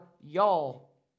y'all